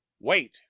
wait